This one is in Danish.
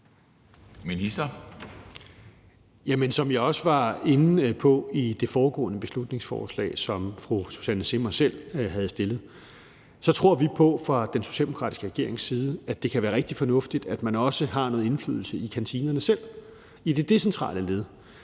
Prehn): Jamen som jeg også var inde på i forbindelse med det foregående beslutningsforslag, som fru Susanne Zimmer har fremsat, tror vi fra den socialdemokratiske regerings side på, at det kan være rigtig fornuftigt, at kantinerne selv har nogen indflydelse, altså i det decentrale led.